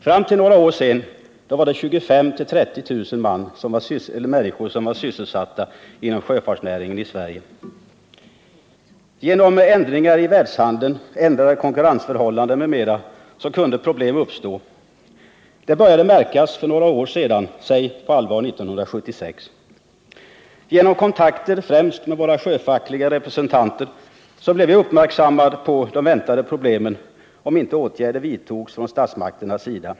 Fram till för några år sedan var 25 000 å 30 000 människor sysselsatta inom sjöfartsnäringen i Sverige. På grund av ändringar i världshandeln — ändrade konkurrensförhållanden m.m. — kunde problem uppstå. Det började märkas för några år sedan — på allvar kanske 1976. Genom kontakter, främst med sjöfackliga representanter, blev jag uppmärksammad på de väntade problemen om inte åtgärder vidtogs från statsmakternas sida.